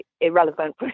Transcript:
irrelevant